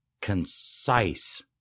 concise